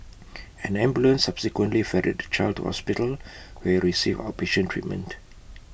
an ambulance subsequently ferried the child to hospital where he received outpatient treatment